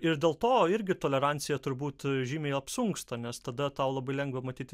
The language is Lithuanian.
ir dėl to irgi tolerancija turbūt žymiai apsunksta nes tada tau labai lengva matyt